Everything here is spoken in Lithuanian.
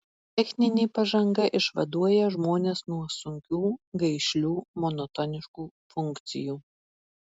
techninė pažanga išvaduoja žmones nuo sunkių gaišlių monotoniškų funkcijų